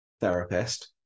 therapist